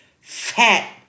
fat